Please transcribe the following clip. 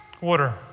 water